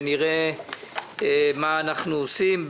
ונראה מה אנחנו עושים.